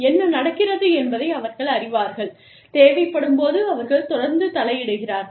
என்ன நடக்கிறது என்பதை அவர்கள் அறிவார்கள் தேவைப்படும்போது அவர்கள் தொடர்ந்து தலையிடுகிறார்கள்